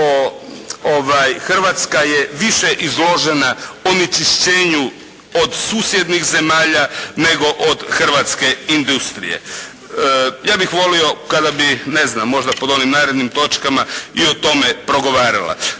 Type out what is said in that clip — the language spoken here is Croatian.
Hrvatska je više izložena onečišćenju od susjednih zemalja nego od hrvatske industrije. Ja bih volio kada bi možda pod onim narednim točkama i o tome progovorili,